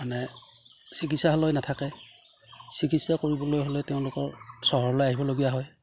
মানে চিকিৎসালয় নাথাকে চিকিৎসা কৰিবলৈ হ'লে তেওঁলোকৰ চহৰলৈ আহিবলগীয়া হয়